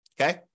Okay